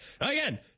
Again